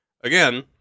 again